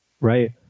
Right